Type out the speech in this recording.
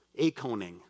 aconing